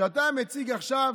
שאתה מציג עכשיו,